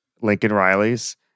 Lincoln-Riley's